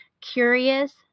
Curious